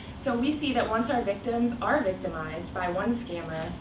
so we see that once our victims are victimized by one scammer,